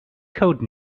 code